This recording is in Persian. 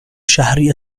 شهری